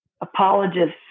apologists